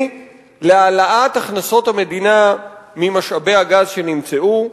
להעלאת הכנסות המדינה ממשאבי הגז שנמצאו,